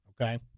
okay